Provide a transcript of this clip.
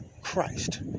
Christ